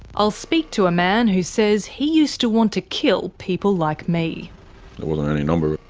i'll speak to a man who says he used to want to kill people like me. it wasn't any number,